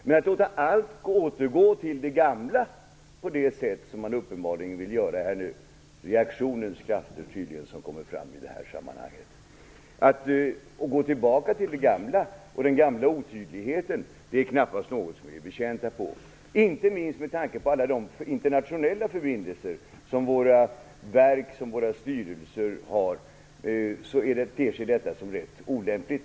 Men att låta allt återgå till den gamla otydligheten på det sätt som man uppenbarligen vill göra här - det är tydligen reaktionens krafter som kommer fram i det här sammanhanget - är knappast något vi är betjänta av. Inte minst med tanke på alla de internationella förbindelser som våra verk och våra styrelser har ter sig detta som olämpligt.